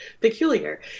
peculiar